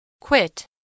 Quit